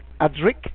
Adric